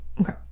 Okay